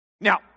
Now